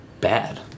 bad